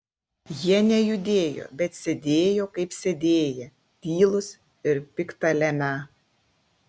jie nejudėjo bet sėdėjo kaip sėdėję tylūs ir pikta lemią